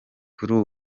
kuri